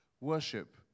worship